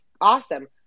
awesome